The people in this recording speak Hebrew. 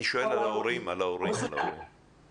ששם תשתית